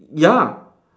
ya